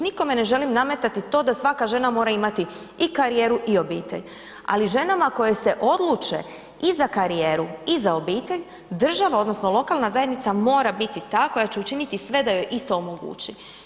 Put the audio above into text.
Nikome ne želim nametati to da svaka žena mora imati i karijeru i obitelj, ali ženama koje se odluče i za karijeru i za obitelj država odnosno lokalna zajednica mora biti ta koja će učiniti sve da joj isto omogući.